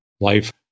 life